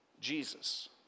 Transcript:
Jesus